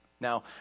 Now